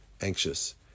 anxious